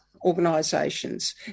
organisations